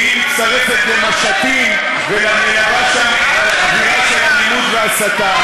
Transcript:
שהיא מצטרפת למשטים ומלבה שם אווירה של אלימות והסתה.